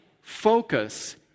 focus